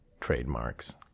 trademarks